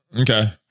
Okay